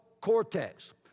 cortex